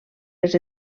les